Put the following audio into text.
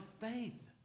faith